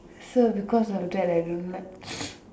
so because of that I don't like